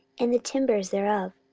and the timber thereof,